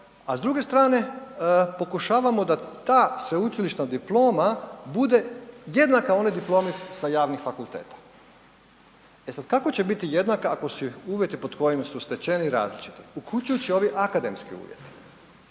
a s druge strane pokušavamo da ta sveučilišna diploma bude jednaka onoj diplomi sa javnih fakulteta. E sada kako će biti jednaka ako su uvjeti pod kojim su stečeni različiti uključujući ovi akademski uvjeti.